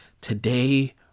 today